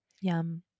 Yum